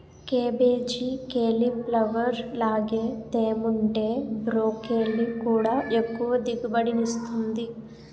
cabbage, cauliflower లాగే తేముంటే broccoli కూడా ఎక్కువ దిగుబడినిస్తుంది